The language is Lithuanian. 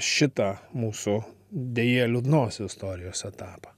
šitą mūsų deja liūdnos istorijos etapą